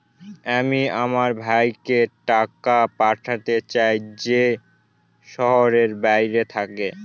আমি আমার ভাইকে টাকা পাঠাতে চাই যে শহরের বাইরে থাকে